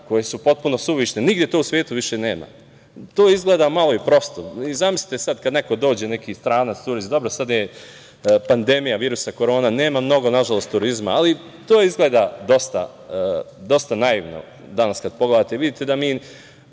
koje su potpuno suvišne. Nigde to u svetu više nema. to izgleda malo i prosto. Zamislite sada kada neko dođe, neki stranac, sada je pandemija virusa korona i nema, nažalost, mnogo turizma, ali to izgleda dosta naivno danas kada pogledate. Vidite, mi